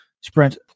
sprint